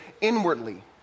inwardly